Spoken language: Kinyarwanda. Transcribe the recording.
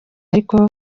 ariko